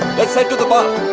let's head to the bar.